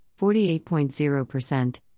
48.0%